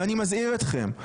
אני מזכיר אתכם,